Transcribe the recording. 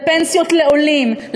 לפנסיות לעולים,